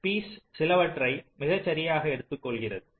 ஸ்பீஸ் சிலவற்றை மிகச்சரியாக எடுத்துக்கொள்கிறது